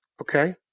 Okay